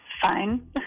Fine